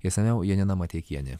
išsamiau janina mateikienė